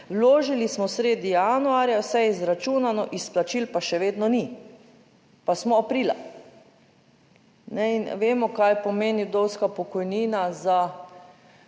Vložili smo sredi januarja, vse izračunano, izplačil pa še vedno ni, pa smo aprila. In vemo, kaj pomeni vdovska pokojnina za